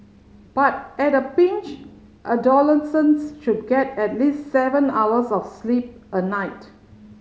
but at a pinch adolescents should get at least seven hours of sleep a night